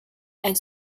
and